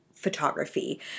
photography